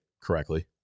correctly